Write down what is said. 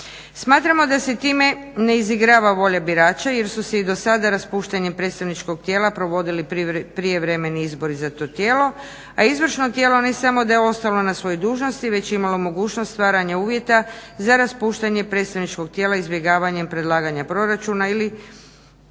Smatramo da se time ne izigrava volja birača jer su se i do sada raspuštanjem predstavničkog tijela provodili prijevremeni izbori za to tijelo, a izvršno tijelo ne samo da je ostalo na svojoj dužnosti već je imalo mogućnost stvaranja uvjeta za raspuštanje predstavničkog tijela izbjegavanjem predlaganja proračuna ili